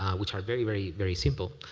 which are very, very very simple,